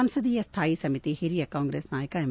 ಸಂಸದೀಯ ಸ್ವಾಯಿ ಸಮಿತಿ ಹಿರಿಯ ಕಾಂಗ್ರೆಸ್ ನಾಯಕ ಎಂ